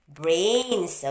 brains